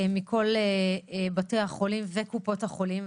מכל בתי החולים וקופות החולים,